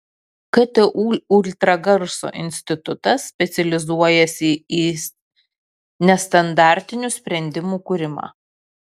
ktu ultragarso institutas specializuojasi į nestandartinių sprendimų kūrimą